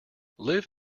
live